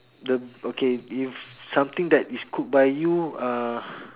the okay if something that is cooked by you uh